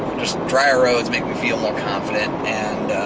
just dryer roads make me feel more confident and